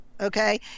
okay